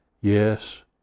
Yes